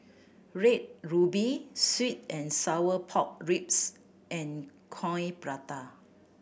Red Ruby sweet and sour pork ribs and Coin Prata